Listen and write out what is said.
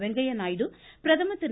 வெங்கையா நாயுடு பிரதமர் திரு